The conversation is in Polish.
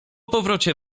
powrocie